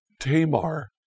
Tamar